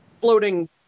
floating